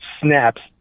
snaps